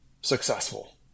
successful